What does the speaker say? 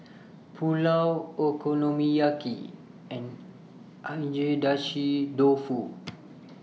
Pulao Okonomiyaki and Agedashi Dofu